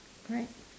correct